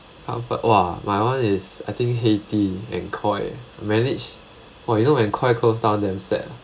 comfort !wah! my one is I think heytea and koi !wah! you know when koi closed down damn sad